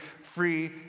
free